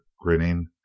grinning